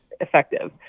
effective